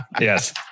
Yes